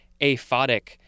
aphotic